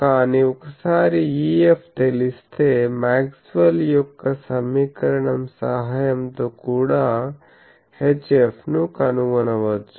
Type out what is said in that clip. కానీ ఒకసారి EF తెలిస్తే మాక్స్వెల్ యొక్క సమీకరణం సహాయం తో కూడా HF ను కనుగొనవచ్చు